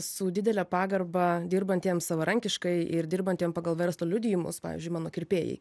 su didele pagarba dirbantiems savarankiškai ir dirbantiem pagal verslo liudijimus pavyzdžiui mano kirpėjai